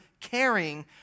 caring